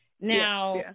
Now